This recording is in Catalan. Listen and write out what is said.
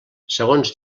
segons